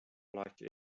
like